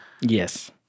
yes